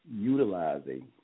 utilizing